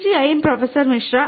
തീർച്ചയായും പ്രൊഫസർ മിശ്ര